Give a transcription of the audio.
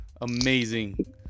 Amazing